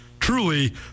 truly